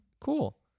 Cool